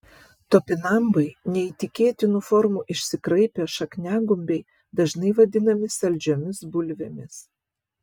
topinambai neįtikėtinų formų išsikraipę šakniagumbiai dažnai vadinami saldžiomis bulvėmis